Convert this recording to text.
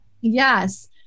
yes